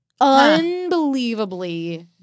unbelievably